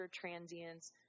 transients